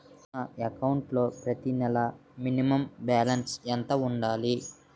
నా అకౌంట్ లో ప్రతి నెల మినిమం బాలన్స్ ఎంత ఉండాలి?